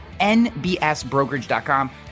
nbsbrokerage.com